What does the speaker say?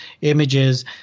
images –